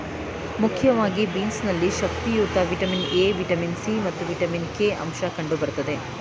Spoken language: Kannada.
ಮುಖ್ಯವಾಗಿ ಬೀನ್ಸ್ ನಲ್ಲಿ ಶಕ್ತಿಯುತವಾದ ವಿಟಮಿನ್ ಎ, ವಿಟಮಿನ್ ಸಿ ಮತ್ತು ವಿಟಮಿನ್ ಕೆ ಅಂಶ ಕಂಡು ಬರ್ತದೆ